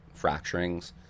fracturings